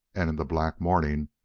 and in the black morning,